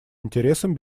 интересам